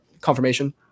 confirmation